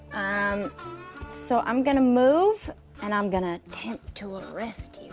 um so i'm gonna move and i'm gonna attempt to arrest you.